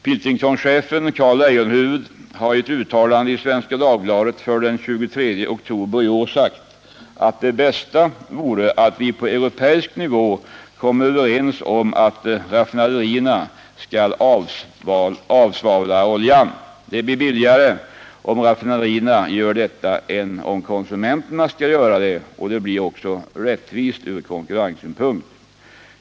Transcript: Pilkingtonchefen Carl Leijonhufvud har i ett uttalande i Svenska Dagbladet den 23 oktober i år sagt att det bästa vore att vi på europeisk nivå kom överens om att raffinaderierna skall avsvavla oljan. Det blir billigare om raffinaderierna gör detta än om konsumenterna skall göra det, och det blir också rättvist ur konkurrenssynpunkt.